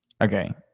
Okay